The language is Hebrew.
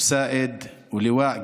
סאאיד ולואא,